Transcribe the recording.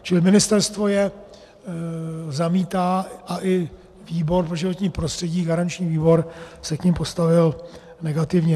Čili ministerstvo je zamítá a i výbor pro životní prostředí jako garanční výbor se k nim postavil negativně.